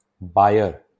buyer